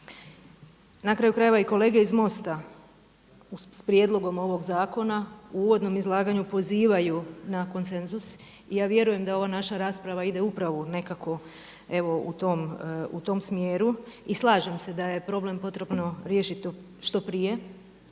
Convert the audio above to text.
Na kraju krajeva i kolege iz Mosta s prijedlogom ovog zakona u uvodnom izlaganju pozivaju na konsenzus i ja vjerujem da ova naša rasprava ide upravu nekako u tom smjeru i slažem se da je problem potrebno riješiti što prije.